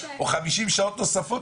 או 50 שעות נוספות,